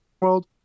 world